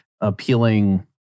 appealing